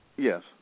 Yes